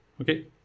Okay